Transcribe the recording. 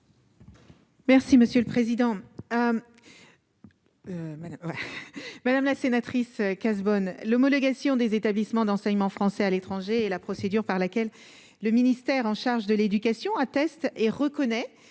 Merci monsieur le président, madame la sénatrice Cazebonne l'homologation des établissements d'enseignement français à l'étranger et la procédure par laquelle. Le ministère en charge de l'éducation, un test et reconnaît